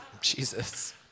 Jesus